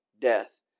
death